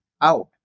out